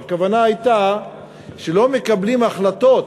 והכוונה הייתה שלא מקבלים החלטות,